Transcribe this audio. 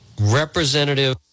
Representative